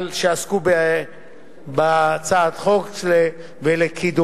על שעסקו בהצעת החוק וקידומה,